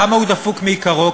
למה הוא דפוק מעיקרו?